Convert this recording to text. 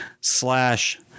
slash